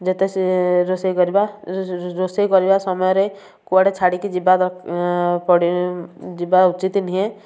ଯେତେ ରୋଷେଇ କରିବା ରୋଷେଇ କରିବା ସମୟରେ କୁଆଡ଼େ ଛାଡ଼ିକି ଯିବା ପଡ଼ି ଯିବା ଉଚିତ୍ ନୁହେଁ